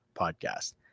Podcast